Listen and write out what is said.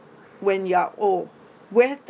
when you are old where the